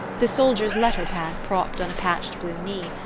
the soldiers' letter-pad propped on a patched blue knee,